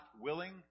willing